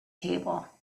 table